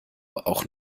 auch